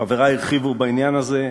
חברי הרחיבו בעניין הזה,